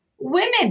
women